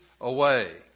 away